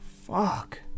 Fuck